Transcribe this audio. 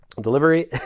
delivery